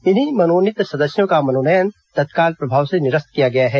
इन्हीं मनोनीत सदस्यों का मनोनयन तत्काल प्रभाव से निरस्त किया गया है